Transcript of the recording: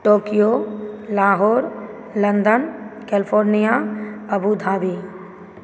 Tokyo Lahore London California Abu Dhabi